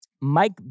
mike